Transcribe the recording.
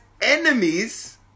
enemies